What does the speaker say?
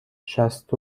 شصت